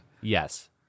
Yes